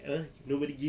apa nobody give